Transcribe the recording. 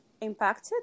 impacted